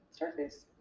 Starface